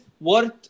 worth